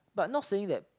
but not saying that